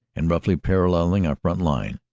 and roughly paralleling our front line.